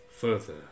further